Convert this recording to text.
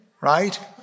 right